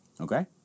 okay